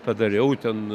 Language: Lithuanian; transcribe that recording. padariau ten